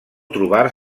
trobar